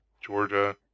Georgia